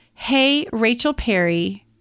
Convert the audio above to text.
heyrachelperry